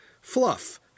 fluff